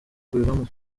kubivamo